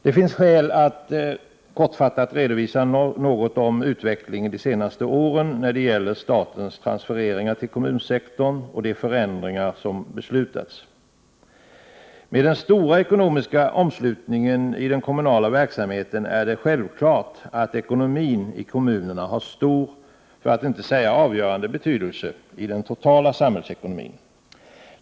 Det finns skäl att kortfattat redovisa något om utvecklingen de senaste åren när det gäller statens transfereringar till kommunsektorn och de förändringar som beslutats. Med den stora ekonomiska omslutningen i den kommunala verksamheten är det självklart att ekonomin i kommunerna har stor, för att inte säga avgörande betydelse i den totala samhällsekonomin.